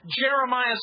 Jeremiah